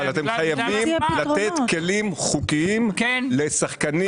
אבל אתם חייבים לתת כלים חוקיים לשחקנים